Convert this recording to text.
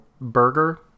burger